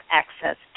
access